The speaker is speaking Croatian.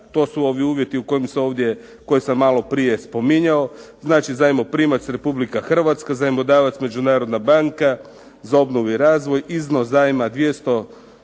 to su ovi uvjeti koje sam malo prije spominjao. Znači, zajmoprimac Republika Hrvatska, zajmodavac Međunarodna banka za obnovu i razvoj. Iznos zajma 200